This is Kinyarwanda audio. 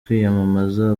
kwiyamamaza